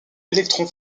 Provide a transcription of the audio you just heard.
électron